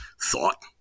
thought